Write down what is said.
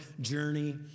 journey